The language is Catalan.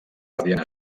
radiant